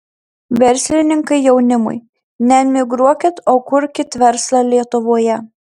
verslininkai jaunimui neemigruokit o kurkit verslą lietuvoje